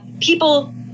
People